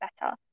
better